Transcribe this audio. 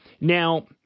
Now